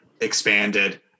expanded